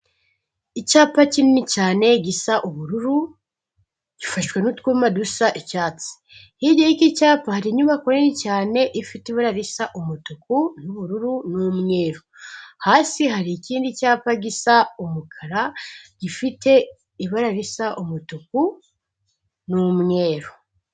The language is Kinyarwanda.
Icyapa kinini cyane gisa ubururu gifashwe n'utwuma dusa icyatsi, hirya y'iki cyapa hari inyubako nini cyane, ifite ibara risa umutuku n'ubururu n'umweru, hasi hari ikindi cyapa gisa umukara gifite ibara risa umutuku n'umweru.